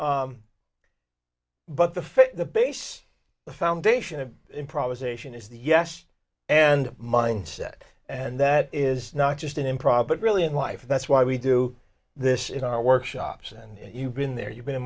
try but the fit the base the foundation of improvisation is the yes and mindset and that is not just in improv but really in life that's why we do this in our workshops and you've been there you've been in